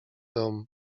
dom